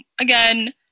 again